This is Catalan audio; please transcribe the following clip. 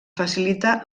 facilita